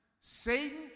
Satan